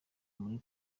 muri